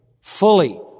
fully